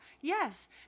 yes